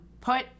put